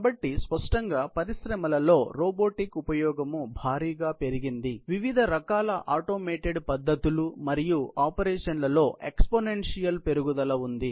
కాబట్టి స్పష్టంగా పరిశ్రమలో రోబోటిక్ ఉపయోగం భారీగా పెరిగింది మరియు వివిధ రకాల ఆటోమేటెడ్ పద్ధతులు మరియు ఆపరేషన్లలో ఎక్సపోనేన్సియల్ పెరుగుదల ఉంది